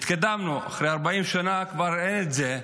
התקדמנו, אחרי 40 שנה כבר אין את זה.